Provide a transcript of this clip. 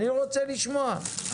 אני רוצה לשמוע,